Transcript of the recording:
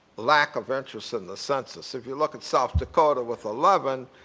lack of interest in the census. if you look at south dakota with eleven,